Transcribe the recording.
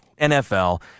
NFL